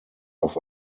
auf